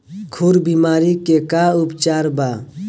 खुर बीमारी के का उपचार बा?